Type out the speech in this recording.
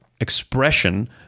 expression